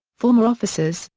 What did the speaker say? former officers,